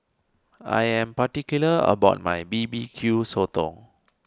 I am particular about my B B Q Sotong